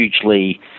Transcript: hugely